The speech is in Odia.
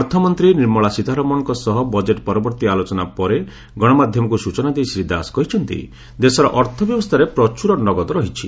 ଅର୍ଥମନ୍ତ୍ରୀ ନିର୍ମଳା ସୀତାରମଣଙ୍କ ସହ ବଜେଟ୍ ପରବର୍ତ୍ତୀ ଆଲୋଚନା ପରେ ଗଣମାଧ୍ୟମକୁ ସୂଚନା ଦେଇ ଶ୍ରୀ ଦାସ କହିଛନ୍ତି ଦେଶର ଅର୍ଥ ବ୍ୟବସ୍ଥାରେ ପ୍ରଚୁର ନଗଦ ରହିଛି